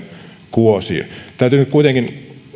kuosiin täytyy nyt kuitenkin